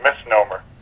misnomer